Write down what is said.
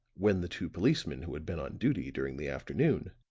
when the two policemen who had been on duty during the afternoon,